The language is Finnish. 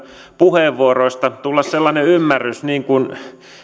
puheenvuoroista tulla sellainen ymmärrys kuin